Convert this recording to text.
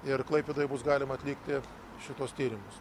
ir klaipėdoj bus galima atlikti šituos tyrimus